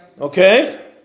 Okay